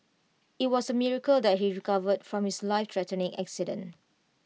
IT was A miracle that he recovered from his life threatening accident